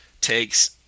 takes